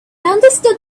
understood